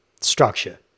structure